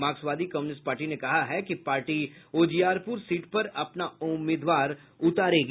मार्क्सवादी communist party ने कहा है कि पार्टी उजियारपुर सीट पर अपना उम्मीदवार उतारेगी